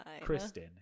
Kristen